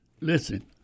listen